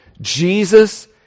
Jesus